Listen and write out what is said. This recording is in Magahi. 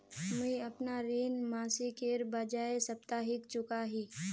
मुईअपना ऋण मासिकेर बजाय साप्ताहिक चुका ही